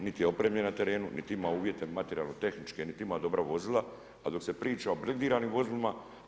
Niti je opremljen na terenu, niti ima uvjete materijalno tehničke niti ima dobra vozila, a dok se priča o blindiranim vozilima.